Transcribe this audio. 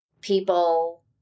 People